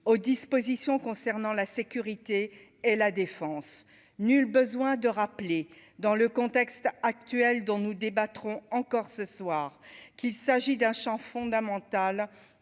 aux dispositions concernant la sécurité et la défense, nul besoin de rappeler dans le contexte actuel dont nous débattrons encore ce soir, qu'il s'agit d'un Champ fondamental